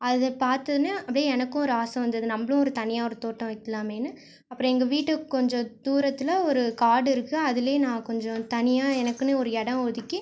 அது பார்த்தோனே அப்படியே எனக்கும் ஒரு ஆசை வந்தது நம்பளும் ஒரு தனியாக ஒரு தோட்டம் வைக்கலாமேன்னு அப்புறம் எங்கள் வீட்டுக்கு கொஞ்சம் தூரத்தில் ஒரு காடு இருக்குது அதிலேயே நான் கொஞ்சம் தனியாக எனக்குன்னு ஒரு இடம் ஒதுக்கி